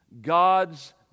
God's